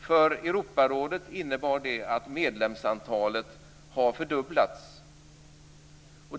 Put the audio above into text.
För Europarådet innebar det att medlemsantalet har fördubblats.